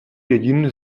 jediný